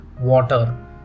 water